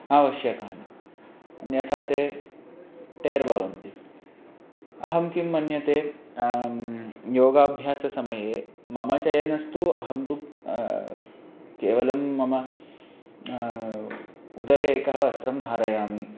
आवश्यकानि अन्यथा ते टेर् भवन्ति अहं किं मन्यते योगाभ्याससमये मम चयनं तु अहं तु केवलं मम उदरे एकः वस्त्रं धारयामि